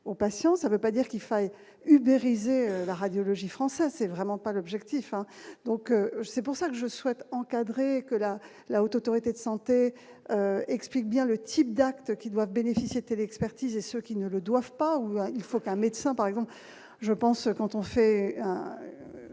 au patient, ça veut pas dire qu'il faille Hubert la radiologie française c'est vraiment pas l'objectif, donc c'est pour ça que je souhaite encadrer que la la Haute autorité de santé explique bien le type d'actes qui doivent bénéficier telle expertise et ceux qui ne le doivent pas, ou moins, il faut qu'un médecin, par exemple, je pense, quand on fait